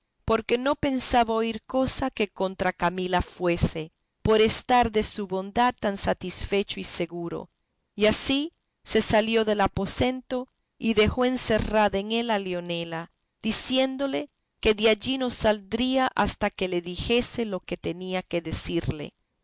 porque no pensaba oír cosa que contra camila fuese por estar de su bondad tan satisfecho y seguro y así se salió del aposento y dejó encerrada en él a leonela diciéndole que de allí no saldría hasta que le dijese lo que tenía que decirle